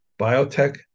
Biotech